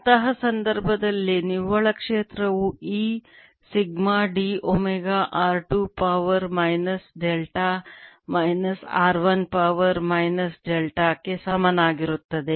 ಅಂತಹ ಸಂದರ್ಭದಲ್ಲಿ ನಿವ್ವಳ ಕ್ಷೇತ್ರಗಳು E sigma d omega r 2 power minus delta minus r 1 power minus ಡೆಲ್ಟಾ ಕ್ಕೆ ಸಮನಾಗಿರುತ್ತದೆ